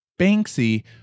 Banksy